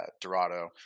dorado